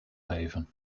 geven